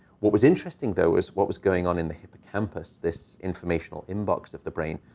what was interesting, though, is what was going on in the hippocampus, this informational inbox of the brain.